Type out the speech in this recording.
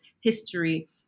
history